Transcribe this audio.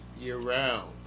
year-round